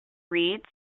reads